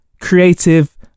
Creative